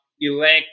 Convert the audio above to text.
elect